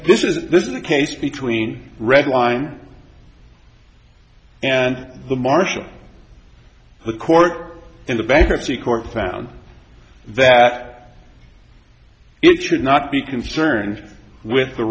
and if this is the case between red wine and the market the court and the bankruptcy court found that it should not be concerned with the